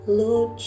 lord